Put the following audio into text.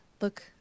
look